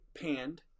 panned